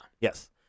Yes